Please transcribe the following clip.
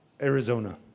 Arizona